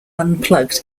unplugged